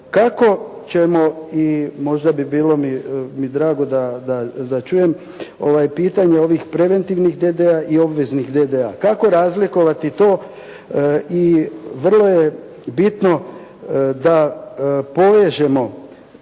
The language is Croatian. kako ćemo i možda bi bilo mi drago da čujem pitanje ovih preventivnih DDD-a i obveznih DDD-a. Kako razlikovati to i vrlo je bitno da povežemo